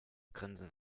grinsen